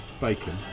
bacon